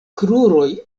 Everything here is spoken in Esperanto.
kruroj